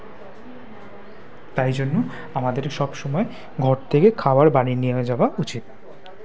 তাই জন্য আমাদের সব সময় ঘর থেকে খাওয়ার বানিয়ে নিয়ে যাওয়া উচিৎ